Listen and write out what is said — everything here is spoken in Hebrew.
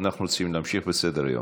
אנחנו רוצים להמשיך בסדר-היום.